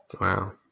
Wow